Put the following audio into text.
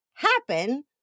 happen